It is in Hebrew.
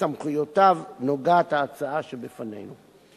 שבסמכויותיו ההצעה שבפנינו נוגעת.